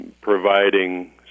providing